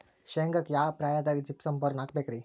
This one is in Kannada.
ಶೇಂಗಾಕ್ಕ ಯಾವ ಪ್ರಾಯದಾಗ ಜಿಪ್ಸಂ ಬೋರಾನ್ ಹಾಕಬೇಕ ರಿ?